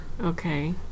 Okay